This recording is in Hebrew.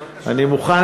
מיקי,